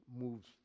moves